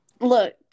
look